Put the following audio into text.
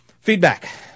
Feedback